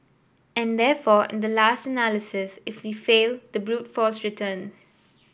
and therefore in the last analysis if we fail the brute force returns